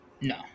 No